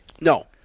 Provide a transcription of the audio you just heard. No